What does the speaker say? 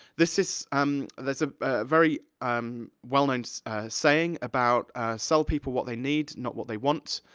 this is um there's a, a very um well-known saying about sell people what they need, not what they want.